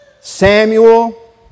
Samuel